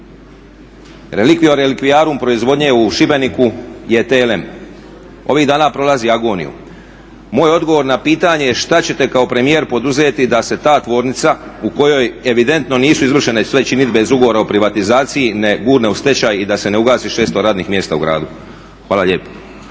Relikvie relikviarum proizvodnje u Šibeniku je TLM. Ovih dana prolazi agoniju. Moj odgovor na pitanje šta ćete kao premijer poduzeti da se ta tvornica u kojoj evidentno nisu izvršene činidbe iz ugovora o privatizaciji ne gurne u stečaj i da se ne ugasi 600 radnih mjesta u gradu. Hvala lijepo.